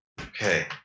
Okay